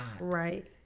right